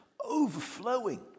overflowing